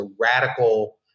radical